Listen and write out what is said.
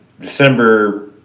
december